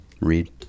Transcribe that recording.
read